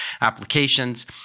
applications